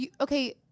okay